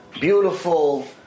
beautiful